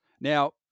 Now